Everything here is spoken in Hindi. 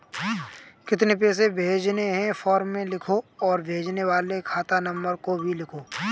कितने पैसे भेजने हैं फॉर्म में लिखो और भेजने वाले खाता नंबर को भी लिखो